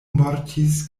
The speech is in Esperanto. mortis